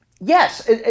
Yes